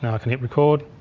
and can hit record.